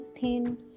thin